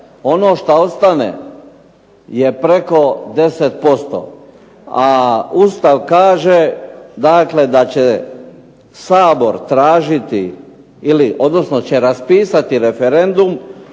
ono što ostane, je preko 10%. A Ustav kaže dakle da će Sabor tražiti, odnosno će raspisati referendum